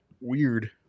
weird